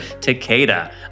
Takeda